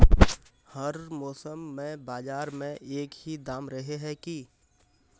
हर मौसम में बाजार में एक ही दाम रहे है की?